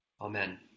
Amen